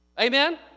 Amen